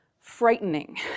frightening